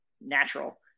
natural